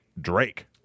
Drake